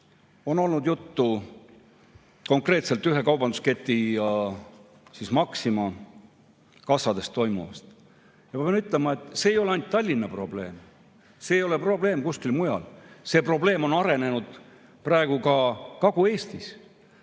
On olnud juttu konkreetselt ühe kaubandusketi, Maxima kassades toimuvast ja ma pean ütlema, et see ei ole ainult Tallinna probleem. See ei ole probleem, mis on kuskil mujal. See probleem on arenenud praegu ka Kagu-Eestis.